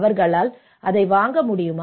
அவர்களால் அதை வாங்க முடியுமா